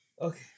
Okay